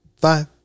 five